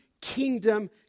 kingdom